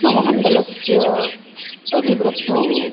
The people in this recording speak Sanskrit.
मम मण्डलस्य अभिवृद्धौ